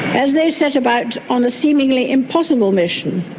as they set about on a seemingly impossible mission,